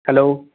hello